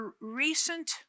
recent